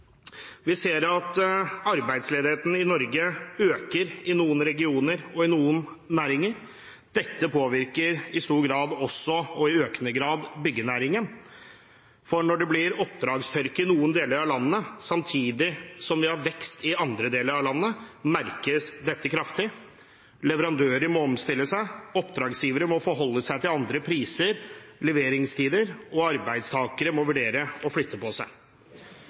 Vi ser at arbeidsledigheten i Norge øker i noen regioner og i noen næringer. Dette påvirker i stor og økende grad også byggenæringen, for når det blir oppdragstørke i noen deler av landet samtidig som vi har vekst i andre deler av landet, merkes dette kraftig. Leverandører må omstille seg, oppdragsgivere må forholde seg til andre priser og leveringstider, og arbeidstakere må vurdere å flytte på seg.